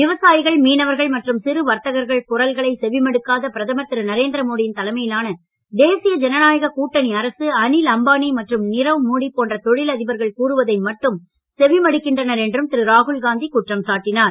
விவசாயிகள் மீனவர்கள் மற்றும் சிறு வர்த்தகர்கள் குரல்களை செவிமடுக்காத பிரதமர் திரு நரேந்திரமோடியின் தலைமையிலான தேசிய ஜனநாயக கூட்டணி அரசு அனில் அம்பானி மற்றும் நீரவ் மோடி போன்ற தொழில் அதிபர்கள் கூறுவதை மட்டும் செவிமடுக்கின்றனர் என்றும் திரு ராகுல்காந்தி குற்றம் சாட்டினார்